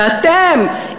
שאתם,